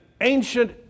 ancient